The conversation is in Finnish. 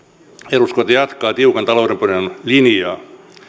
eduskunta jatkaa tiukan taloudenpidon linjaa